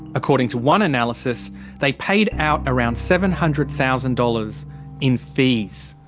according to one analysis they paid out around seven hundred thousand dollars in fees.